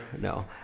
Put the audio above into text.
no